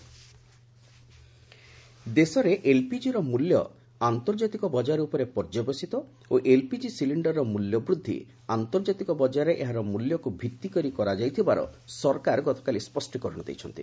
govt LPG ଦେଶରେ ଏଲ୍ପିଜିର ମୂଲ୍ୟ ଆନ୍ତର୍ଜାତିକ ବଜାର ଉପରେ ପର୍ଯ୍ୟବେଶିତ ଓ ଏଲ୍ପିଜି ସିଲିଣ୍ଡରର ମୂଲ୍ୟ ବୃଦ୍ଧି ଆନ୍ତର୍ଜାତିକ ବଜାରରେ ଏହାର ମଲ୍ୟକୁ ଭିତ୍ତି କରି କରାଯାଇଥିବାର ସରକାର ଗତକାଲି ସ୍ୱଷ୍ଟିକରଣ ଦେଇଛନ୍ତି